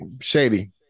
Shady